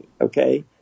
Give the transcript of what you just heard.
okay